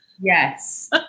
Yes